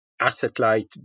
asset-light